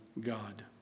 God